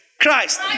Christ